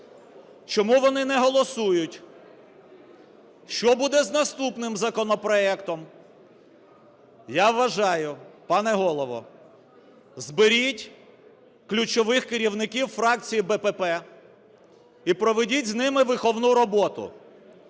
Чому вони не голосують? Що буле з наступним законопроектом? Я вважаю, пане Голово, зберіть ключових керівників фракції БПП і проведіть з ними виховну роботу.